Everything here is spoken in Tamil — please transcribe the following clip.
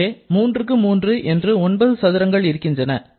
இங்கே ஒரு 9 ×9 சதுரங்கள் இருக்கின்றன